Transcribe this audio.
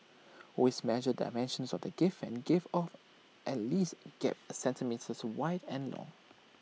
always measure dimensions of the gift and give off at least gap A centimetres wide and long